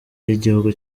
y’igihugu